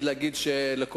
למשל,